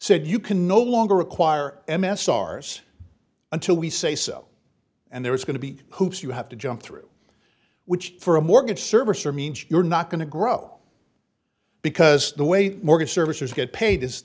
said you can no longer require m s sars until we say so and there is going to be hoops you have to jump through which for a mortgage servicer means you're not going to grow because the way the mortgage servicers get paid is